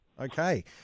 Okay